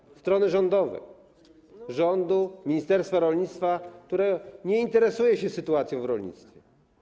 Zabrakło strony rządowej, rządu, ministerstwa rolnictwa, które nie interesuje się sytuacją w rolnictwie.